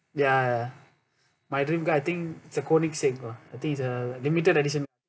ya my dream car I think is a Koenigsegg lah I think it's a limited edition